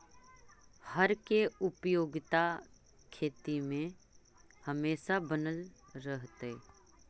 हर के उपयोगिता खेती में हमेशा बनल रहतइ